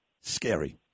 scary